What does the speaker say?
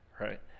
Right